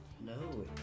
No